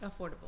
Affordable